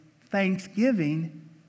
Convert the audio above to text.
Thanksgiving